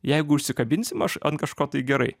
jeigu užsikabinsim aš ant kažko tai gerai